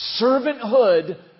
servanthood